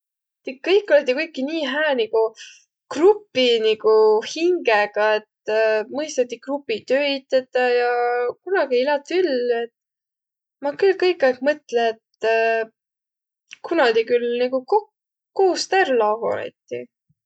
Tiiq kõik olõti kuiki nii hää nigu grupi nigu hingega, et mõistati grupitöid tetäq ja kunagi ei lääq tüllü. Ma külh kõikaig mõtlõ, et kuna tiiq küll nigu ku-kuust ärq lagonõti.